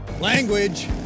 language